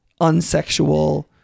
unsexual